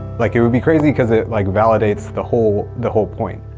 like, it would be crazy cause it, like, validates the whole the whole point,